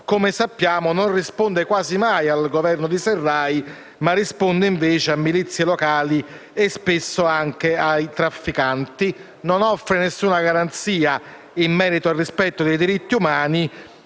come sappiamo, non risponde quasi mai al Governo di Sarraj, ma risponde invece a milizie locali e spesso anche i trafficanti e non offre alcuna garanzia in merito al rispetto dei diritti umani.